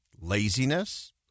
laziness